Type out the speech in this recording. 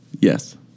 Yes